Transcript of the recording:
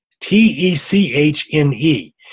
T-E-C-H-N-E